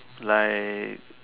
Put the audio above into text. like